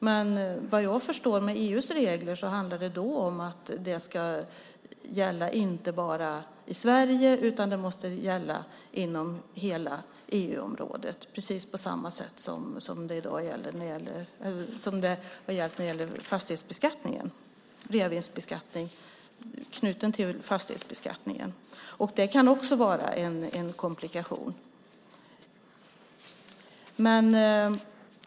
Men efter vad jag förstår handlar det med EU:s regler om att det inte bara ska gälla i Sverige utan att det måste gälla inom hela EU-området, precis på samma sätt som gäller för reavinstbeskattningen knuten till fastighetsbeskattningen i dag. Det kan också vara en komplikation.